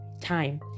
time